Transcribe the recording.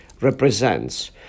represents